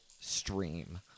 stream